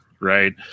right